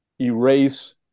erase